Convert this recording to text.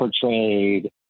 portrayed